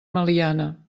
meliana